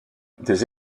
des